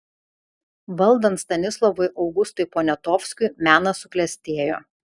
valdant stanislovui augustui poniatovskiui menas suklestėjo